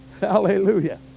Hallelujah